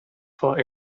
for